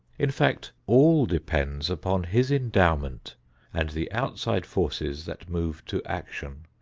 in fact, all depends upon his endowment and the outside forces that move to action,